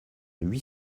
huit